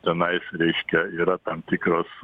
tenais reiškia yra tam tikros